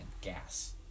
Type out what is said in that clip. gas